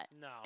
No